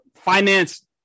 finance